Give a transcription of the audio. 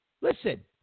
listen